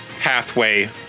pathway